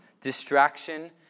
distraction